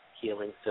healing